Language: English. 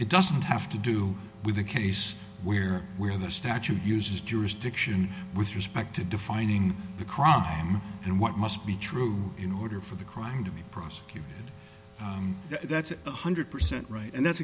it doesn't have to do with a case where where the statute uses jurisdiction with respect to defining the crime and what must be true in order for the crime to be prosecuted that's one hundred percent right and that's